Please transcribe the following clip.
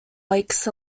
lakes